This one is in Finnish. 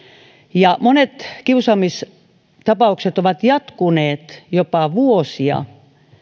monet kiusaamistapaukset ovat jatkuneet jopa vuosia